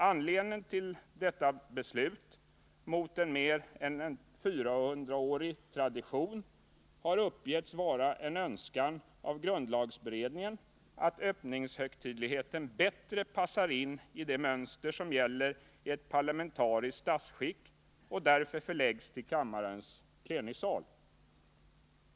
Anledningen till detta beslut mot en mer än 400-årig tradition har uppgetts vara en önskan av grundlagberedningen att öppningshögtidligheten bättre skall passa in i det mönster som gäller i ett parlamentariskt statsskick och därför förläggas till kammarens Nr 121 plenisal.